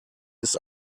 ist